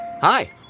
Hi